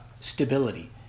stability